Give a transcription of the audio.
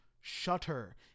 Shutter